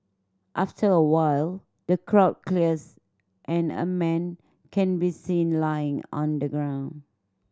after a while the crowd clears and a man can be seen lying on the ground